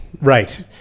Right